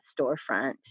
storefront